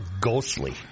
ghostly